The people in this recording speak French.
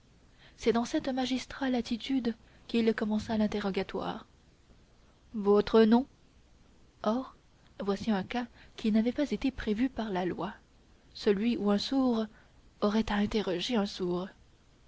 c'est dans cette magistrale attitude qu'il commença l'interrogatoire votre nom or voici un cas qui n'avait pas été prévu par la loi celui où un sourd aurait à interroger un sourd